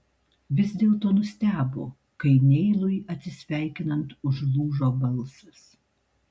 vis dėlto nustebo kai neilui atsisveikinant užlūžo balsas